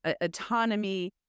autonomy